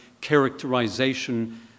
characterization